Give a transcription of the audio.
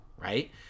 Right